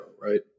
right